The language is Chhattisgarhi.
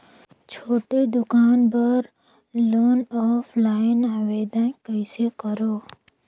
छोटे दुकान बर लोन ऑफलाइन आवेदन कइसे करो?